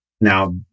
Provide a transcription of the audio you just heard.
now